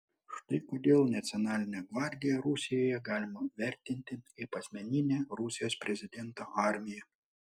štai kodėl nacionalinę gvardiją rusijoje galima vertinti kaip asmeninę rusijos prezidento armiją